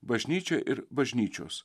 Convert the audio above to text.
bažnyčia ir bažnyčios